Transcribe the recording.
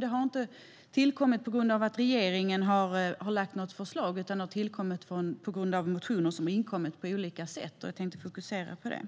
Det har inte tillkommit på grund av att regeringen har lagt fram något förslag, utan det har tillkommit på grund av motioner som har kommit in på olika sätt. Motionerna